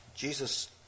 Jesus